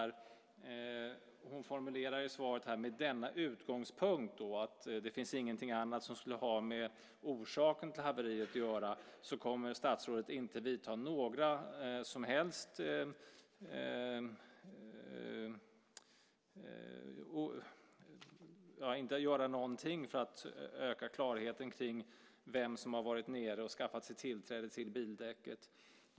I sitt svar säger hon att med denna utgångspunkt - alltså att det inte finns någonting annat som skulle ha med orsaken till haveriet att göra - kommer hon inte att göra någonting för att öka klarheten kring vem som har varit nere och skaffat sig tillträde till bildäcket.